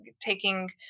taking